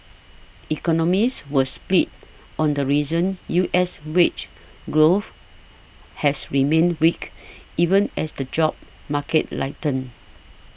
economists were split on the reasons U S wage growth has remained weak even as the job market lighten